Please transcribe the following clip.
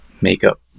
makeup